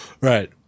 right